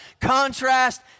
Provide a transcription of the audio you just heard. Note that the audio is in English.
Contrast